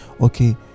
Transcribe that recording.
okay